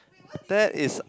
that is